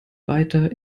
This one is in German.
weiter